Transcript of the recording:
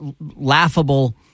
laughable